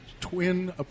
twin